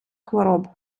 хвороб